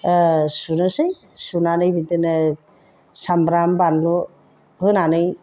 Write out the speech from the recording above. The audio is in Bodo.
सुनोसै सुनानै बिदिनो सामब्राम बानलु होनानै